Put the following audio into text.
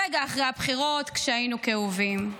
רגע אחרי הבחירות כשהיינו כאובים.